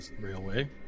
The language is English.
railway